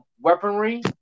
weaponry